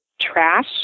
trash